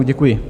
Děkuji.